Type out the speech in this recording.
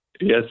Yes